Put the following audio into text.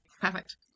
perfect